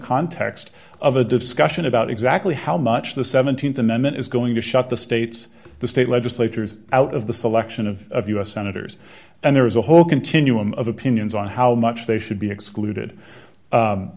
context of a discussion about exactly how much the th amendment is going to shut the states the state legislature's out of the selection of u s senators and there is a whole continuum of opinions on how much they should be excluded